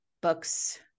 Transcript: books